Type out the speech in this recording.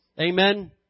Amen